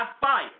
fire